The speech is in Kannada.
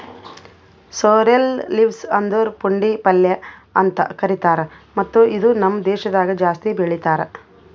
ಸೋರ್ರೆಲ್ ಲೀವ್ಸ್ ಅಂದುರ್ ಪುಂಡಿ ಪಲ್ಯ ಅಂತ್ ಕರಿತಾರ್ ಮತ್ತ ಇದು ನಮ್ ದೇಶದಾಗ್ ಜಾಸ್ತಿ ಬೆಳೀತಾರ್